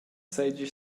seigi